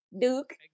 duke